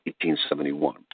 1871